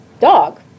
dog